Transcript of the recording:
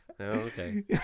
okay